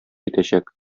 итәчәк